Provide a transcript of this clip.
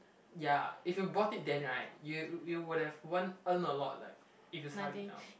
ya if you bought it then right you you would have want earn a lot like if you start it down